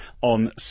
on